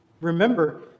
Remember